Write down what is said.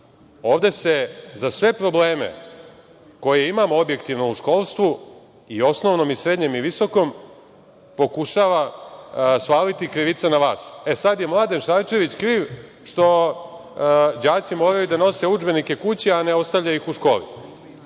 Ovde se za sve probleme koje imamo objektivno u školstvu, i osnovnom i srednjem i visokom, pokušava svaliti krivica na vas. Sada je Mladen Šarčević kriv što đaci moraju da nose udžbenike kući, a ne ostavljaju ih u školi.